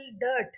dirt